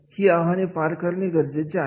ही आव्हाने पार करणे गरजेचे आहे